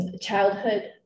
childhood